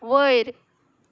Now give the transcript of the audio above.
वयर